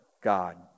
God